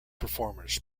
performers